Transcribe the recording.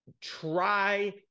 try